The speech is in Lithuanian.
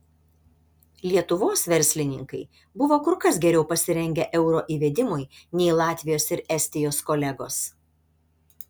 lietuvos verslininkai buvo kur kas geriau pasirengę euro įvedimui nei latvijos ir estijos kolegos